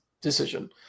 decision